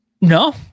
No